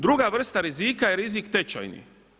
Druga vrsta rizika je rizik tečajni.